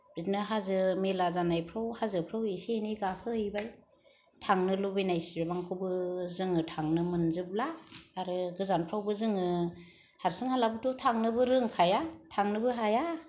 बिदिनो हाजो मेला जानायफ्राव हाजोफ्राव इसे एनै गाखोहैबाय थांनो लुबैसेबांखौबो जोङो थांनो मोनजोबला आरो गोजानफ्रावबो जोङो हारसिं हालाबोथ' थांनोबो रोंखाया थांनोबो हाया